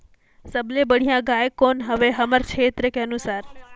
सबले बढ़िया गाय कौन हवे हमर क्षेत्र के अनुसार?